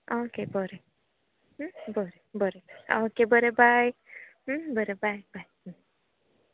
हं ओके बरें हं बरें बरें ओके बरें बाय हं बरें बाय बाय